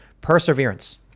Perseverance